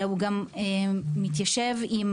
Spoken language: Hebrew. אלא הוא גם מתיישב עם